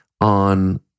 on